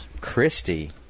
Christy